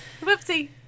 whoopsie